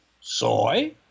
soy